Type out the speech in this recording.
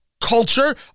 culture